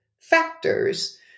factors